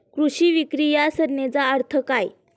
कृषी विक्री या संज्ञेचा अर्थ काय?